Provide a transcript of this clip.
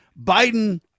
Biden